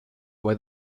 why